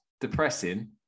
Depressing